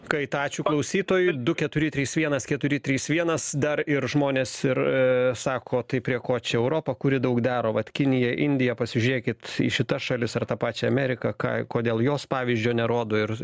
kaitą ačiū klausytojui du keturi trys vienas keturi trys vienas dar ir žmonės ir sako tai prie ko čia europa kuri daug daro vat kinija indija pasižiūrėkit į šitas šalis ar tą pačią ameriką ką kodėl jos pavyzdžio nerodo ir